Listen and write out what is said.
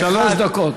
שלוש דקות.